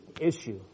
issue